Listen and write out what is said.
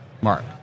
mark